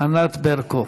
ענת ברקו.